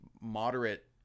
moderate